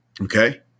okay